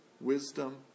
wisdom